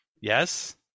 Yes